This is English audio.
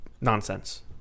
nonsense